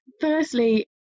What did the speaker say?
firstly